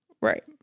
Right